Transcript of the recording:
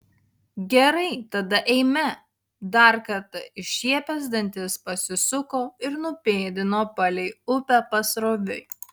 gerai tada eime dar kartą iššiepęs dantis pasisuko ir nupėdino palei upę pasroviui